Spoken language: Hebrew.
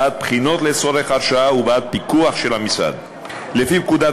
בעד בחינות לצורך הרשאה ובעד פיקוח של המשרד לפי פקודת